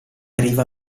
arriva